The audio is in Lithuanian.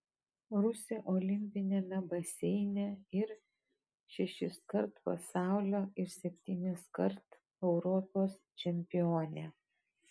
rusė olimpiniame baseine ir šešiskart pasaulio ir septyniskart europos čempionė